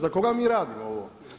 Za koga mi radimo ovo?